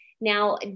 Now